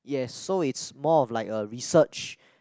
yes so it's more of like a research